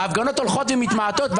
ההפגנות הולכות ומתמעטות,